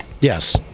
Yes